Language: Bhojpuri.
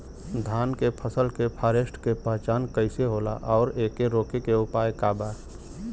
धान के फसल के फारेस्ट के पहचान कइसे होला और एके रोके के उपाय का बा?